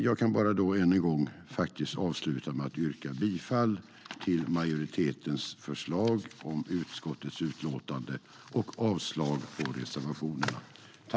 Jag avslutar med att än en gång yrka bifall till majoritetens förslag i utskottets utlåtande och avslag på reservationerna.